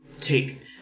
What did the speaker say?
take